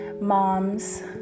moms